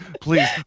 Please